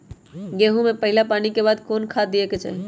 गेंहू में पहिला पानी के बाद कौन खाद दिया के चाही?